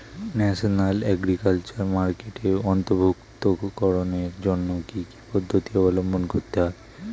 National agriculture মার্কেটে অন্তর্ভুক্তিকরণের জন্য কি কি পদ্ধতি অবলম্বন করতে হয়?